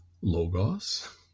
Logos